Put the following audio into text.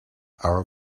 our